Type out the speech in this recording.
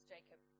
Jacob